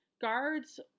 guards